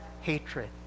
hatred